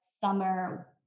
summer